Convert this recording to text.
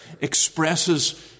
expresses